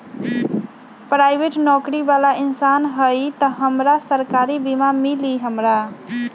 Private नौकरी बाला इंसान हई त हमरा सरकारी बीमा मिली हमरा?